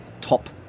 top